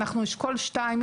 אנחנו אשכול שתיים,